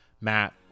Matt